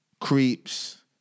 Creeps